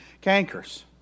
cankers